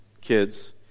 kids